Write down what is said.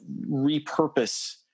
repurpose